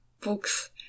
books